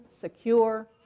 secure